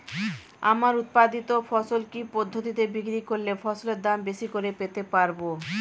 আমার উৎপাদিত ফসল কি পদ্ধতিতে বিক্রি করলে ফসলের দাম বেশি করে পেতে পারবো?